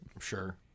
Sure